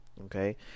okay